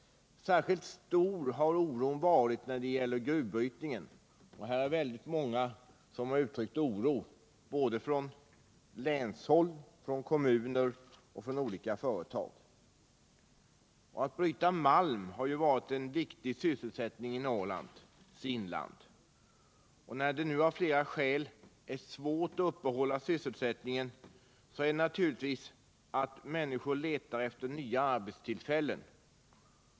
Särskilt stor har oron varit när det gäller gruvbrytningen. Där har väldigt många människor uttryckt oro såväl från länshåll som från kommuner och olika företag. Att bryta malm har ju varit en viktig sysselsättning i Norrlands inland. När det nu av flera skäl är svårt att upprätthålla sysselsättningen är det naturligt att människor letar efter nya arbetstillfällen.